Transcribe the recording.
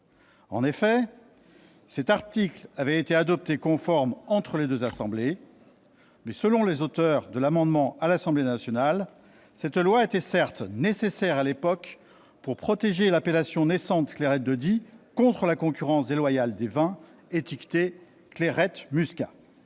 En effet, cet article avait été adopté conforme par les deux assemblées. Selon les auteurs de l'amendement à l'Assemblée nationale, cette loi était certes nécessaire à l'époque pour protéger l'appellation naissante Clairette de Die contre la concurrence déloyale des vins étiquetés « Clairette muscat »,